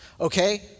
Okay